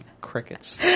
Crickets